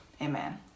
amen